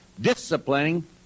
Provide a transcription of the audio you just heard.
disciplining